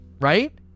Right